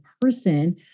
person